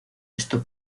esto